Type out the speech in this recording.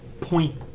point